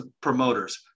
promoters